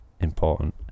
important